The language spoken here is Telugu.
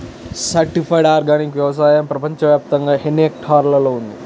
సర్టిఫైడ్ ఆర్గానిక్ వ్యవసాయం ప్రపంచ వ్యాప్తముగా ఎన్నిహెక్టర్లలో ఉంది?